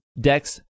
Dex